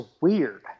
weird